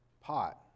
pot